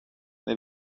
they